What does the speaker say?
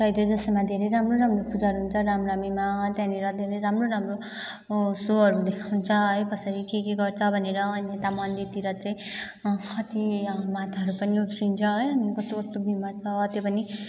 चैते दसैँमा धेरै राम्रो राम्रो पूजाहरू हुन्छ रामनवमीमा त्यहाँनिर धेरै राम्रो राम्रो सोहरू देखाउँछ है कसरी के के गर्छ भनेर अनि यता मन्दिरतिर चाहिँ कति माताहरू पनि उफ्रिन्छ है अनि कस्तो कस्तो बिमार छ त्यो पनि